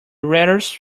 rarest